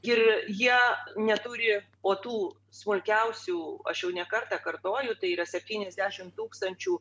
ir jie neturi o tų smulkiausių aš jau ne kartą kartoju tai yra septyniasdešim tūkstančių